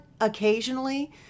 occasionally